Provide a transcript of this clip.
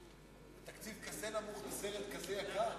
תקציב כזה נמוך לסרט כזה יקר?